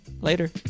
later